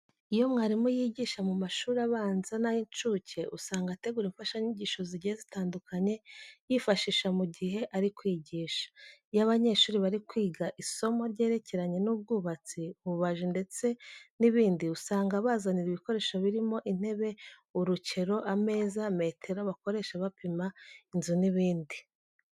Iyo umwarimu yigisha mu mashuri abanza n'ay'incuke, usanga ategura imfashanyigisho zigiye zitandukanye yifashisha mu gihe ari kwigisha. Iyo abanyeshuri bari kwiga isomo ryerekeranye n'ubwubatsi, ububaji ndetse n'ibindi, usanga abazanira ibikoresho birimo intebe, urukero, ameza, metero bakoresha bapima inzu n'ibindi.